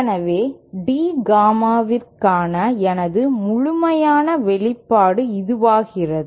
எனவே D காமாவுக்கான எனது முழுமையான வெளிப்பாடு இதுவாகிறது